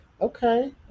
Okay